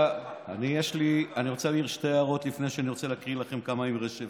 אני רוצה להעיר שתי הערות לפני שאני אקריא לכם כמה אמרי שפר.